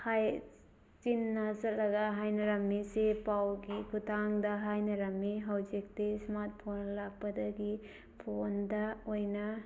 ꯆꯤꯟꯅ ꯆꯠꯂꯒ ꯍꯥꯏꯅꯔꯝꯃꯤ ꯆꯦ ꯄꯥꯎꯒꯤ ꯈꯨꯠꯊꯥꯡꯗ ꯍꯥꯏꯅꯔꯝꯃꯤ ꯍꯧꯖꯤꯛꯇꯤ ꯏꯁꯃꯥꯔꯠ ꯐꯣꯟ ꯂꯥꯛꯄꯗꯒꯤ ꯐꯣꯟꯗ ꯑꯣꯏꯅ